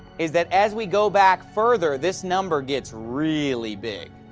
is that as we go back further, this number gets really big.